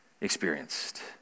experienced